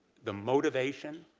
the motivation